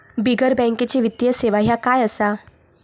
बिगर बँकेची वित्तीय सेवा ह्या काय असा?